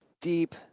deep